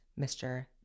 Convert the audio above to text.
Mr